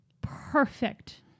perfect